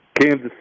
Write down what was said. Kansas